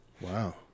Wow